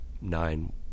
nine